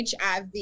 HIV